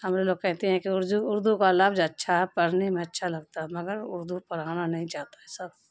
ہمارے لوگ کہتے ہیں کہ اردو اردو کا لفظ اچھا ہے پڑھنے میں اچھا لگتا ہے مگر اردو پڑھانا نہیں چاہتا ہے سب